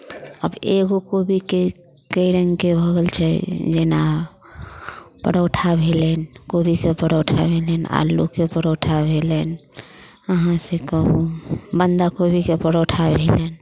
आब एगो कोबीके कए रङ्गके भऽ गेल छै जेना परोठा भेलनि कोबीके परोठा भेलनि आलूके परोठा भेलनि कहाँसँ कहू बन्धा कोबीके परोठा भेलनि